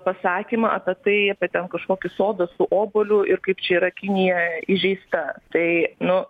pasakymą apie tai apie ten kažkokį sodą su obuoliu ir kaip čia yra kinija įžeista tai nu